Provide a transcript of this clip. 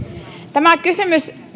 tämä kysymys